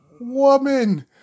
woman